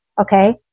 Okay